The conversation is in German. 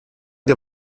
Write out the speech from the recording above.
dir